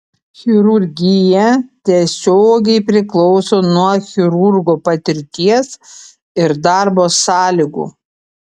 chirurgija tiesiogiai priklauso nuo chirurgo patirties ir darbo sąlygų